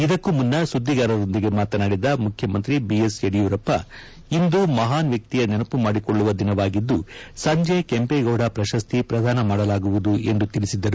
ಇದಕ್ಕೂ ಮುನ್ನ ಸುದ್ದಿಗಾರರೊಂದಿಗೆ ಮಾತನಾಡಿದ ಮುಖ್ಯಮಂತ್ರಿ ಬಿಎಸ್ ಯಡಿಯೂರಪ್ಪಇಂದು ಮಹಾನ್ ವ್ಯಕ್ತಿಯ ನೆನಪು ಮಾಡಿಕೊಳ್ಳುವ ದಿನವಾಗಿದ್ದು ಸಂಜೆ ಕೆಂಪೇಗೌಡ ಪ್ರಶಸ್ತಿ ಪ್ರದಾನ ಮಾಡಲಾಗುವುದು ಎಂದು ತಿಳಿಸಿದರು